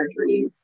surgeries